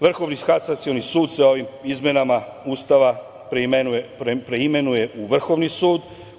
Vrhovni kasacioni sud se ovim izmenama Ustava preimenuje u Vrhovni sud.